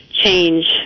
Change